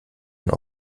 man